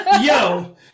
yo